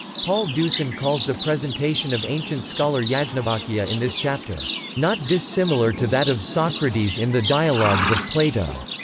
paul deussen calls the presentation of ancient scholar yeah ah yajnavalkya in this chapter not dissimilar to that of socrates socrates in the dialogues of plato.